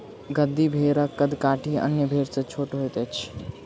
गद्दी भेड़क कद काठी अन्य भेड़ सॅ छोट होइत अछि